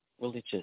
religious